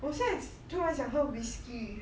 我现在突然想喝 whisky